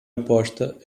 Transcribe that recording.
aposta